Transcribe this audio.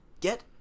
get